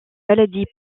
maladie